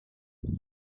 point